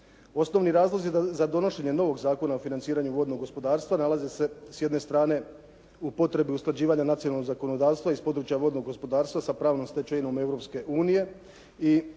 Osnovni razlozi za donošenje novog Zakona o financiranju vodnog gospodarstva nalaze se s jedne strane u potrebi usklađivanja nacionalnog zakonodavstva iz područja vodnog gospodarstva sa pravnom stečevinom Europske